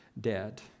dead